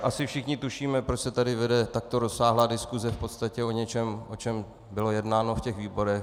Asi všichni tušíme, proč se tady vede takto rozsáhlá diskuse v podstatě o něčem, o čem bylo jednáno ve výborech.